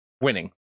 Winning